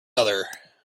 other